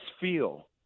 feel